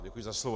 Děkuji za slovo.